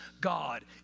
God